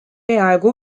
peaaegu